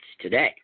today